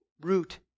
root